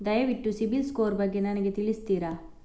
ದಯವಿಟ್ಟು ಸಿಬಿಲ್ ಸ್ಕೋರ್ ಬಗ್ಗೆ ನನಗೆ ತಿಳಿಸ್ತಿರಾ?